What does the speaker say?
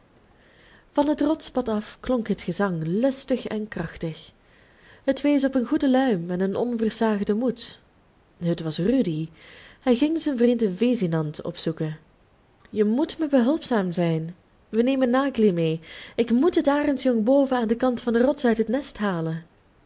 van het rotspad af klonk het gezang lustig en krachtig het wees op een goede luim en een onversaagden moed het was rudy hij ging zijn vriend vesinand opzoeken je moet mij behulpzaam zijn wij nemen nagli mee ik moet het arendsjong boven aan den kant van de rots uit het nest halen